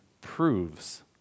proves